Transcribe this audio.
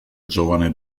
giovane